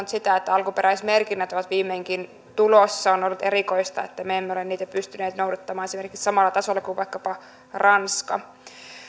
sitä että alkuperäismerkinnät ovat viimeinkin tulossa on ollut erikoista että me emme ole niitä pystyneet noudattamaan esimerkiksi samalla tasolla kuin vaikkapa ranska